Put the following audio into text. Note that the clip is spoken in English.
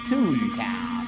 Toontown